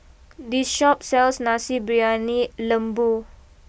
this Shop sells Nasi Briyani Lembu